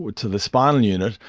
to the spinal unit,